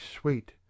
sweet